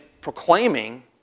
proclaiming